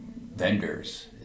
vendors